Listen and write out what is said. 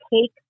take